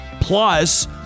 Plus